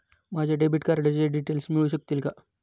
माझ्या डेबिट कार्डचे डिटेल्स मिळू शकतील का?